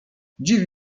dziwi